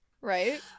Right